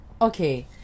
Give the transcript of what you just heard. Okay